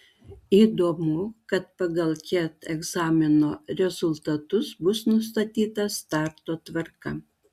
įdomu kad pagal ket egzamino rezultatus bus nustatyta starto tvarka